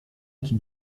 qui